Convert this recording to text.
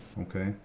Okay